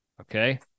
Okay